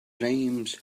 names